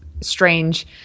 strange